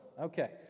Okay